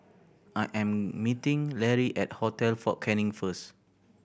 I am meeting Lary at Hotel Fort Canning first